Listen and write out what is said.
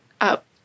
up